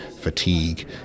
fatigue